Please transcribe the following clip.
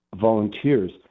volunteers